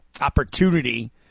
opportunity